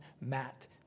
Matt